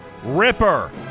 Ripper